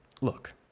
look